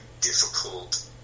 difficult